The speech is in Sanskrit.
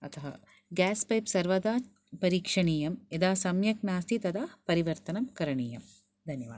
अतः ग्यास् पैप् सर्वदा परीक्षणीयं यदा सम्यक् नास्ति तदा परिवर्तनं करणीयम् धन्यवादः